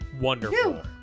Wonderful